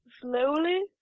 slowly